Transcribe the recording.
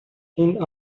این